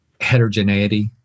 heterogeneity